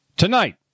Tonight